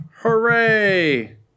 Hooray